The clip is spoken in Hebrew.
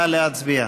נא להצביע.